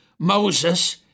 Moses